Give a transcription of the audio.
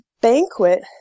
banquet